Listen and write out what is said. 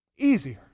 easier